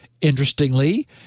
interestingly